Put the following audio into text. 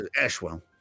Ashwell